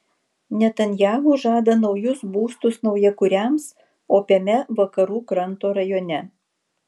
netanyahu žada naujus būstus naujakuriams opiame vakarų kranto rajone